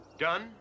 Done